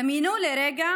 דמיינו לרגע